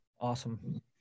Awesome